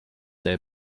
day